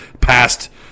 past